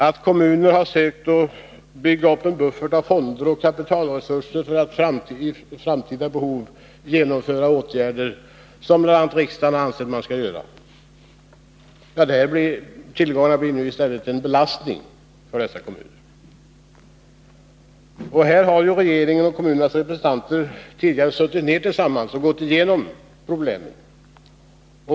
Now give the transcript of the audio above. Att kommunerna sökt bygga upp en buffert av fonder och kapitalresurser för att vid framtida behov genomföra åtgärder blir nu i stället en belastning. Här har regeringen och kommunernas representanter tidigare suttit ned tillsammans och gått igenom problemen.